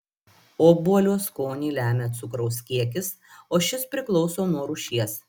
obuolio skonį lemia cukraus kiekis o šis priklauso nuo rūšies